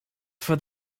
for